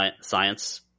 Science